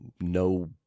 no